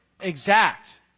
exact